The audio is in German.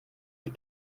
die